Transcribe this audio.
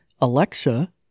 Alexa